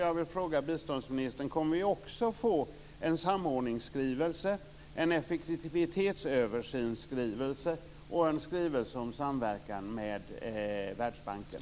Jag vill fråga biståndsministern: Kommer vi också att få en samordningsskrivelse, en effektivitetsöversynsskrivelse och en skrivelse om samverkan med Världsbanken?